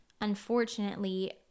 unfortunately